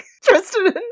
tristan